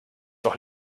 doch